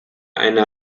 einer